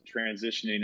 transitioning